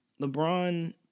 LeBron